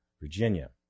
Virginia